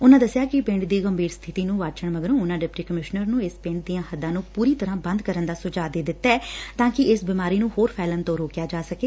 ਉਨੂਾਂ ਦਸਿਆ ਕਿ ਪੰਡ ਦੀ ਗੰਭੀਰ ਸਬਿਤੀ ਨੂੰ ਵਾਚਣ ਮਗਰੋਂ ਉਨੂਾਂ ਡਿਪਟੀ ਕਮਿਸ਼ਨਰ ਨੂੰ ਇਸ ਪਿੰਡ ਦੀਆ ਹੱਦਾ ਨੂੰ ਪੂਰੀ ਤਰ੍ਪਾ ਬੰਦ ਕਰਨ ਦਾ ਸੁਝਾਅ ਦੇ ਦਿੱਤੈ ਤਾਂ ਕਿ ਇਸ ਬਿਮਾਰੀ ਨੂੰ ਹੋਰ ਫੈਲਣ ਤੋਂ ਰੋਕਿਆ ਜਾ ਸਕੇ